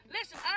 Listen